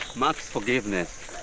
max forgiveness!